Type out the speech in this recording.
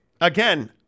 Again